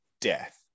death